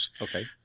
Okay